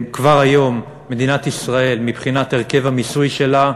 כבר היום מדינת ישראל, מבחינת הרכב המיסוי שלה,